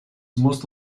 most